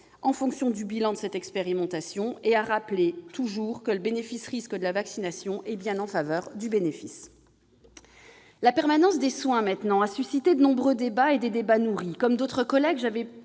en fonction du bilan de cette expérimentation et à rappeler que la balance bénéfice-risque de la vaccination est bien en faveur du bénéfice. La permanence des soins a suscité des débats nombreux et nourris. Comme d'autres collègues, j'avais